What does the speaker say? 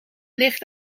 licht